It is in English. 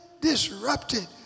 disrupted